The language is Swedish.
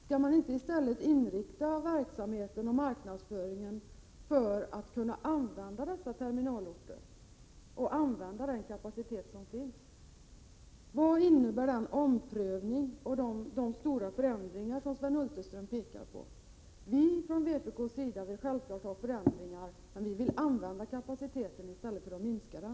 Går det inte att inrikta verksamheten och marknadsföringen på att man skall kunna använda dessa terminalorter och utnyttja den kapacitet som finns? Vad innebär den omprövning och de stora förändringar som Sven Hulterström talar om? Från vpk:s sida vill vi självfallet ha förändringar, men vi vill använda kapaciteten i stället för att minska den.